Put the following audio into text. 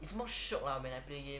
is most shiok lah when I play game